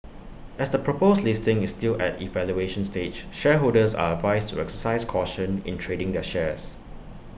as the proposed listing is still at evaluation stage shareholders are advised to exercise caution in trading their shares